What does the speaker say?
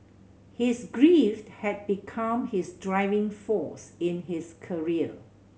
his grief had become his driving force in his career